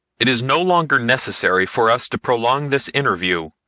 it is no longer necessary for us to prolong this interview.